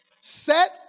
Set